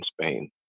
Spain